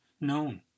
known